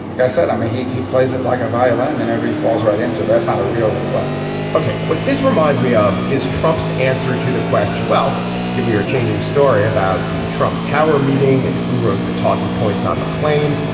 i said i mean he he plays it like a violin and every falls right into it that's not a real request okay. what this reminds me of is trump's answer to the question well given your changing story about the trump tower meeting and who wrote the talking points on the plane.